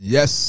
Yes